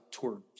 tour